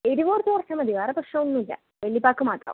എരിവ് കുറച്ച് കുറച്ചാൽ മതി വേറെ പ്രശ്നോന്നുമില്ല വല്യപ്പാക്ക് മാത്രം